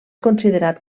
considerat